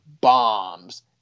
bombs